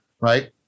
right